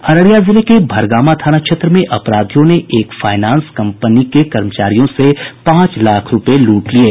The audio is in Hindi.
अररिया जिले के भरगामा थाना क्षेत्र में अपराधियों ने एक फाइनांस कंपनी के कर्मचारियों से पांच लाख रुपये लूट लिये